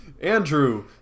Andrew